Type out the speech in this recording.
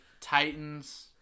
Titans